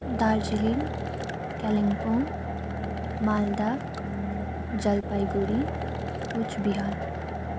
Darjeeling Kalimpong Malda Jalpaiguri Cooch Bihar